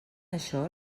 això